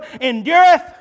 endureth